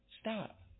Stop